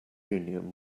union